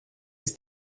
ist